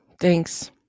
Thanks